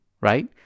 right